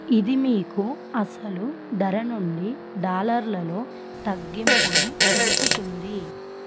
ఇది మీకు అసలు ధర నుండి డాలర్లలో తగ్గింపును తెలుపుతుంది